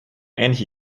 ähnliche